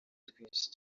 twinshi